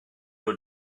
were